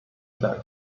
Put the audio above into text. said